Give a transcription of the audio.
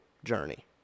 journey